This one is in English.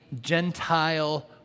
Gentile